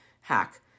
hack